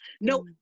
no